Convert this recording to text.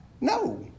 No